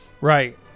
Right